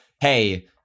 hey –